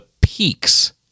peaks